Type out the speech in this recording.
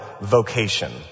vocation